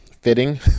fitting